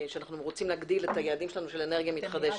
על כך שאנחנו רוצים להגדיל את היעדים שלנו של אנרגיה מתחדשת.